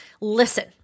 listen